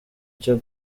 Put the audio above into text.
cyo